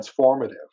transformative